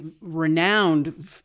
renowned